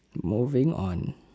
moving on